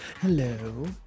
Hello